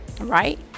Right